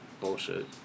bullshit